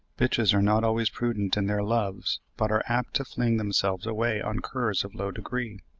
bitches are not always prudent in their loves, but are apt to fling themselves away on curs of low degree.